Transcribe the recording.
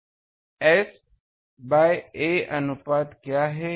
S by "a‟अनुपात क्या है